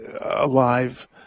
alive